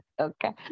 okay